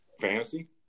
fantasy